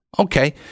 Okay